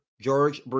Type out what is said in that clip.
George